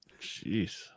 Jeez